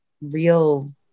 real